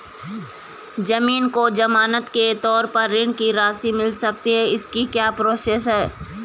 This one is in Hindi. ज़मीन को ज़मानत के तौर पर ऋण की राशि मिल सकती है इसकी क्या प्रोसेस है?